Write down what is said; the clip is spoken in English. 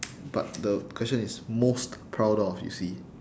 but the question is most proud of you see